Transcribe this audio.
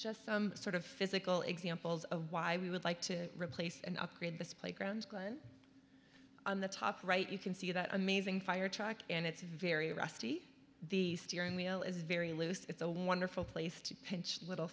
t sort of physical examples of why we would like to replace and upgrade this playground on the top right you can see that amazing fire truck and it's very rusty the steering wheel is very loose it's a wonderful place to pinch little